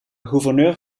gouverneur